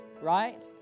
right